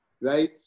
right